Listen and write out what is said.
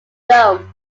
dome